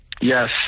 yes